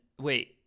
wait